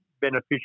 beneficial